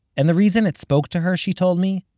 and the reason it spoke to her, she told me,